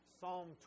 Psalm